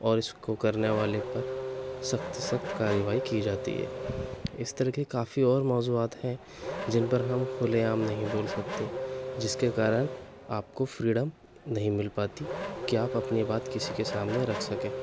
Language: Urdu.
اور اِس کو کرنے والے پر سخت سے سخت کارروائی کی جاتی ہے اِس طرح کے کافی اور موضوعات ہیں جن پر ہم کُھلے عام نہیں بول سکتے جس کے کارن آپ کو فریڈم نہیں مل پاتی کہ آپ اپنی بات کسی کے سامنے رکھ سکیں